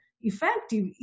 effective